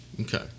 Okay